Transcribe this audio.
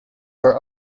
her